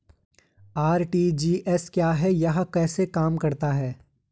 RTGS क्या है यह कैसे काम करता है?